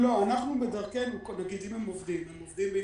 לא, הם עובדים בהסתכלות,